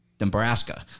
Nebraska